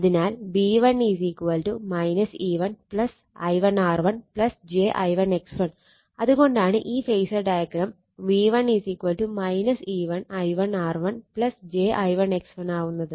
അതിനാൽ V1 E1 I1 R1 j I1 X1 അത് കൊണ്ടാണ് ഈ phasor diagram V1 E1 I1 R1 j I1 X1 ആവുന്നത്